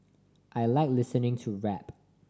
I like listening to rap